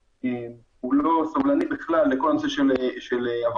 הוא לא סובלני בכלל לכל הנושא של עבריינות.